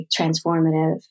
transformative